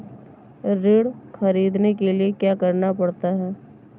ऋण ख़रीदने के लिए क्या करना पड़ता है?